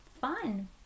fun